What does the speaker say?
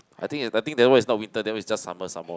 I think I think that one is not winter then it just summer some more